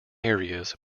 areas